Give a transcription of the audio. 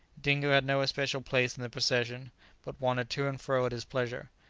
dingo had no especial place in the procession, but wandered to and fro at his pleasure.